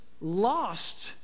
lost